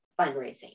fundraising